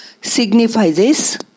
signifies